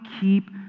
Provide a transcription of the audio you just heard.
keep